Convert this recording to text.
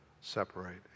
separate